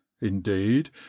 indeed